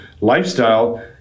lifestyle